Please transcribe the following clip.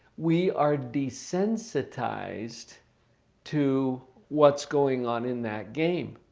we are desensitized to what's going on in that game.